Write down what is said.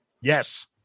Yes